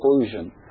conclusion